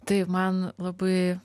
taip man labai